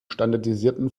standardisierten